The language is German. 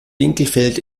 winkelfeld